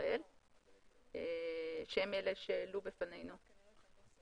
ישראל שהם אלה שהעלו בפנינו את הנושא.